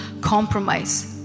compromise